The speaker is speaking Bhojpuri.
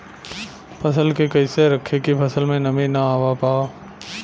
फसल के कैसे रखे की फसल में नमी ना आवा पाव?